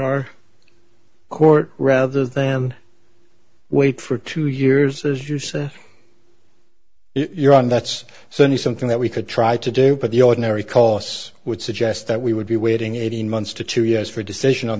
our court rather than wait for two years as you say you're on that's sony something that we could try to do but the ordinary course would suggest that we would be waiting eighteen months to two years for a decision on